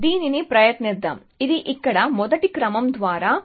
దీనిని ప్రయత్నిద్దాం ఇది ఇక్కడ మొదటి క్రమం ద్వారా A C G T C